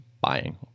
buying